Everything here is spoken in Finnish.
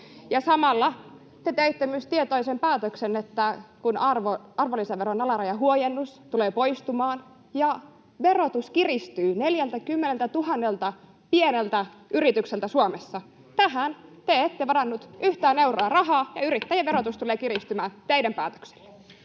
Samalla te teitte myös tietoisen päätöksen, että arvonlisäveron alarajahuojennus tulee poistumaan ja verotus kiristyy 40 000 pieneltä yritykseltä Suomessa. Tähän te ette varanneet yhtään euroa rahaa, ja yrittäjien verotus tulee kiristymään teidän päätöksellänne.